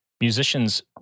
Musicians